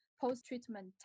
post-treatment